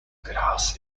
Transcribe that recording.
grass